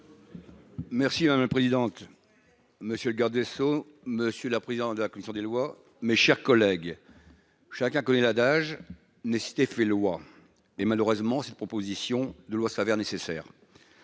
Merci ma main présidente monsieur le garde des Sceaux, monsieur, la présidente de la commission des lois, mes chers collègues, chacun connaît l'adage, nécessité fait loi et malheureusement cette proposition de loi s'avère nécessaire,